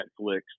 Netflix